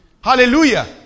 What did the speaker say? Hallelujah